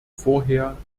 vorher